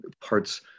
parts